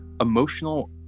emotional